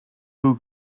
who